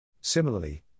Similarly